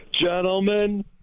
Gentlemen